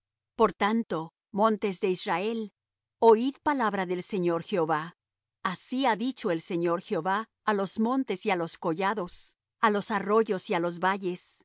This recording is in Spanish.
por tanto montes de israel oid palabra del señor jehová así ha dicho el señor jehová á los montes y á los collados á los arroyos y á los valles